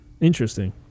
interesting